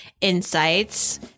insights